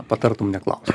patartum neklaust